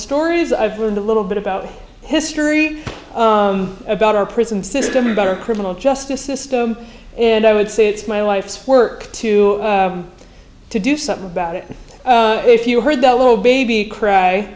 stories i've learned a little bit about history about our prison system about our criminal justice system and i would say it's my life's work to to do something about it if you heard the little baby cry